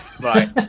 right